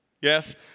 Yes